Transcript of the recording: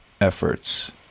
efforts